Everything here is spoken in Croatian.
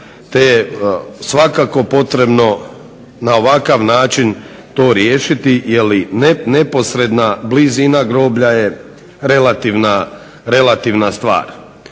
te je svakako potrebno na ovakav način to riješiti jer i neposredna blizina groblja je relativna stvar.